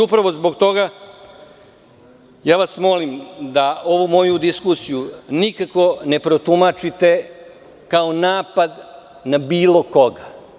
Upravo zbog toga, ja vas molim da ovu moju diskusiju nikako ne protumačite kao napad na bilo koga.